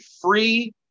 free